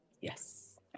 Yes